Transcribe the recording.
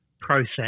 process